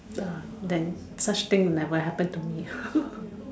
uh then such thing will never happen to me